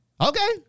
Okay